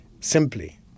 simply